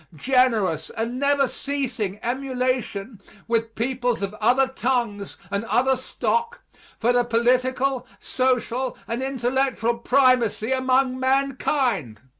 generous and never-ceasing emulation with peoples of other tongues and other stock for the political, social, and intellectual primacy among mankind.